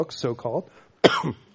so-called